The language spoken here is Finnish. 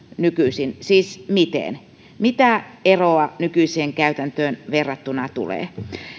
nykyisin siis miten mitä eroa nykyiseen käytäntöön verrattuna tulee